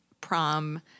prom